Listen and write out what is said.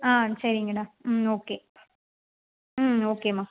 ஆ சரிங்கடா ம் ஓகே ம் ஓகேம்மா